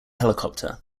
helicopter